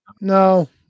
No